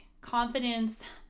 Confidence